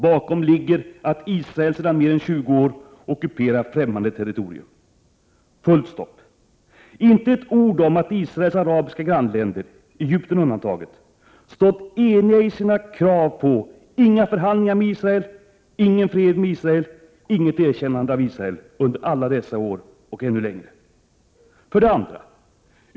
Bakom ligger att Israel sedan mer än 20 år ockuperar främmande territorium. — Men han säger inte ett ord om att Israels arabiska grannländer, Egypten undantaget, stått eniga i sina ståndpunkter: Inga förhandlingar med Israel, ingen fred med Israel, inget erkännande av Israel under alla dessa år och ännu längre. 2.